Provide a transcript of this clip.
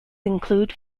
include